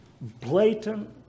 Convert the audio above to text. blatant